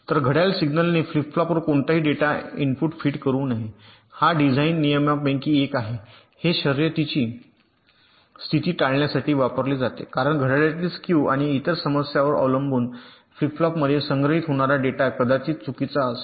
तर घड्याळ सिग्नलने फ्लिप फ्लॉपवर कोणताही डेटा इनपुट फीड करू नये हा डिझाइन नियमांपैकी एक आहे हे शर्यतीची स्थिती टाळण्यासाठी वापरले जाते कारण घड्याळातील स्क्यू आणि इतर समस्यांवर अवलंबून फ्लिप फ्लॉपमध्ये संग्रहित होणारा डेटा कदाचित चुकीचा असेल